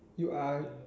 you are